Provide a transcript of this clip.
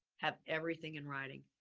have everything in writing.